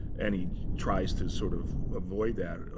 and he tries to sort of avoid that.